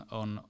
on